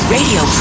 Radio